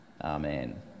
Amen